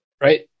Right